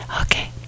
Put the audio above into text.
Okay